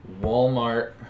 Walmart